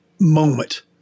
moment